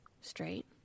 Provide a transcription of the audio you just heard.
straight